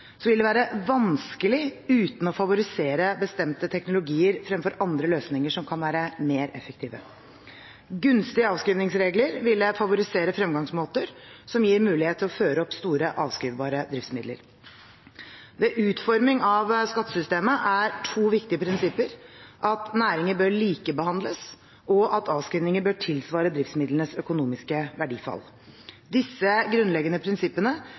vil det være vanskelig uten å favorisere bestemte teknologier fremfor andre løsninger som kan være mer effektive. Gunstige avskrivningsregler ville favorisere fremgangsmåter som gir mulighet til å føre opp store avskrivbare driftsmidler. Ved utforming av skattesystemet er to viktige prinsipper at næringer bør likebehandles, og at avskrivninger bør tilsvare driftsmidlenes økonomiske verdifall. Disse grunnleggende prinsippene